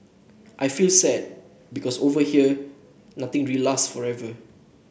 I feel sad because over here nothing really lasts forever